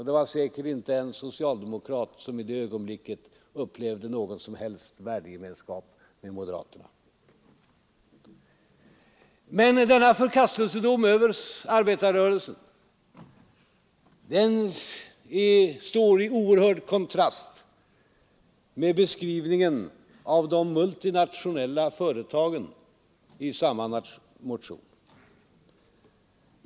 Det var säkert inte en socialdemokrat som i det ögonblicket upplevde någon som helst värdegemenskap med moderaterna. Men denna förkastelsedom över arbetarrörelsen står i oerhörd kontrast mot beskrivningen av de multinationella företagen i samma motion.